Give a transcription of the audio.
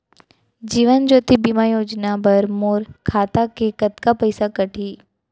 जीवन ज्योति बीमा योजना बर मोर खाता ले कतका पइसा कटही?